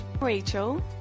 Rachel